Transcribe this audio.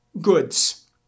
goods